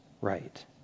right